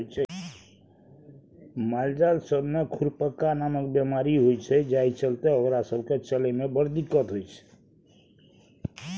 मालजाल सब मे खुरपका नामक बेमारी होइ छै जाहि चलते ओकरा सब केँ चलइ मे बड़ दिक्कत होइ छै